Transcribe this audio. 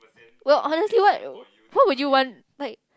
well honestly what what would you want like